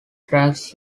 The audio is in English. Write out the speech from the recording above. tracks